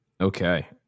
Okay